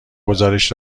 گزارش